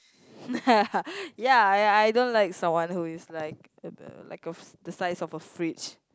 ya I I don't like someone who is like like a the size of a fridge